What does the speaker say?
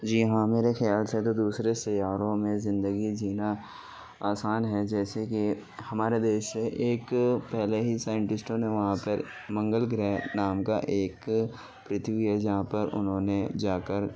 جی ہاں میرے خیال سے تو دوسرے سیاروں میں زندگی جینا آسان ہے جیسے کہ ہمارے دیش سے ایک پہلے ہی سائنٹسٹوں نے وہاں پر منگل گرہ نام کا ایک پرتھوی ہے جہاں پر انہوں نے جا کر